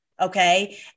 okay